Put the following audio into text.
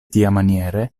tiamaniere